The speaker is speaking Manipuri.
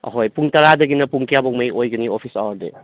ꯑꯍꯣꯏ ꯄꯨꯡ ꯇꯔꯥꯗꯒꯤꯅ ꯄꯨꯡ ꯀꯌꯥ ꯐꯥꯎꯃꯩ ꯑꯣꯏꯒꯅꯤ ꯑꯣꯐꯤꯁ ꯑꯋꯥꯔꯗꯤ